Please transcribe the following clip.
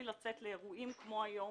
ופרט מלצאת לאירועים כמו היום,